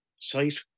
site